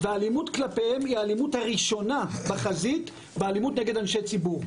והאלימות כלפיהם היא האלימות הראשונה בחזית באלימות נגד אנשי ציבור.